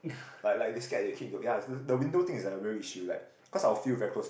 like like they scared you kick into ya the window thing is a real issue like cause our field very close